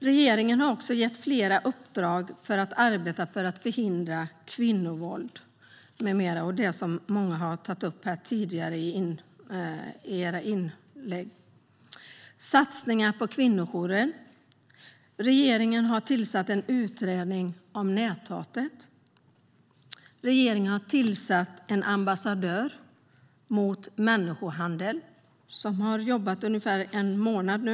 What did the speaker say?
Regeringen har också gett flera uppdrag för att man ska arbeta för att förhindra kvinnovåld med mera, vilket har tagits upp i flera anföranden tidigare. Det gäller bland annat satsningar på kvinnojourer. Regeringen har tillsatt en utredning om näthatet. Regeringen har tillsatt en ambassadör mot människohandel, som har jobbat i ungefär en månad nu.